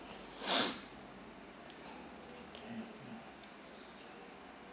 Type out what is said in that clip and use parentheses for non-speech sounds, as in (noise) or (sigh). (breath)